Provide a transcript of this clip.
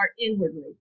inwardly